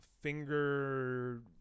finger